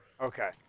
Okay